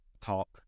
talk